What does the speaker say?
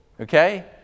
Okay